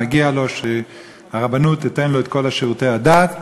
מגיע לו שהרבנות תיתן לו את כל שירותי הדת,